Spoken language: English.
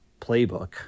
playbook